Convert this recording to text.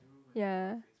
ya